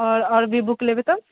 आओर आओर भी बुक लेबै तऽ